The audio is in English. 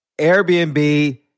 Airbnb